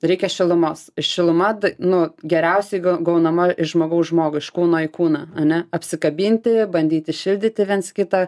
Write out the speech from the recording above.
reikia šilumos šiluma nu geriausiai gaunama iš žmogaus žmogui iš kūno į kūną ane apsikabinti bandyti šildyti viens kitą